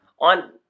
on